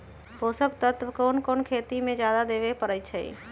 पोषक तत्व क कौन कौन खेती म जादा देवे क परईछी?